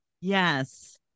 Yes